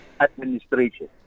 administration